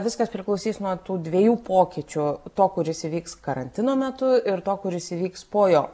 viskas priklausys nuo tų dviejų pokyčių to kuris įvyks karantino metu ir to kuris įvyks po jo